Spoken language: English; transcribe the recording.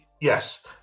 yes